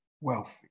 wealthy